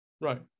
Right